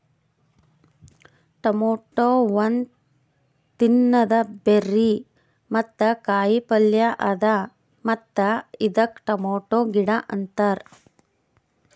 tomato ಒಂದ್ ತಿನ್ನದ berry ಮತ್ತ ಕಾಯಿ ಪಲ್ಯ ಅದಾ ಮತ್ತ ಇದಕ್ ಟೊಮೇಟೊ ಗಿಡ ಅಂತಾರ್